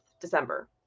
December